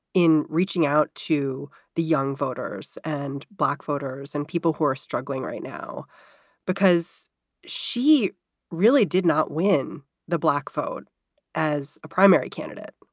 in reaching out to the young voters and black voters and people who are struggling right now because she really did not win the black vote as a primary candidate?